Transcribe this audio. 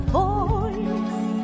voice